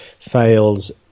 Fails